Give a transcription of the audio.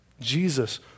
Jesus